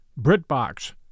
BritBox